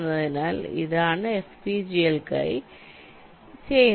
അതിനാൽ ഇതാണ് FPGA കൾക്കായി ചെയ്യുന്നത്